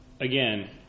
again